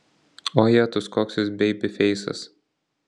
o jetus koks jis beibifeisas